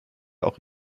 auch